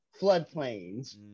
floodplains